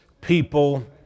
people